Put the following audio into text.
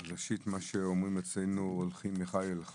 ראשית, מה שאומרים אצלנו: הולכים מחיל אל חיל.